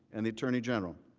and the attorney general